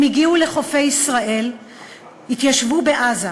הם הגיעו לחופי ישראל והתיישבו בעזה.